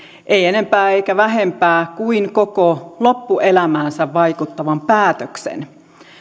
ei enempää eikä vähempää kuin koko loppuelämäänsä vaikuttavan päätöksen